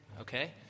okay